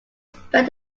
spent